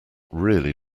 really